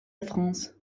france